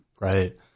Right